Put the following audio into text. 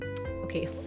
Okay